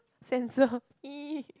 censor !ee!